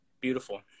Beautiful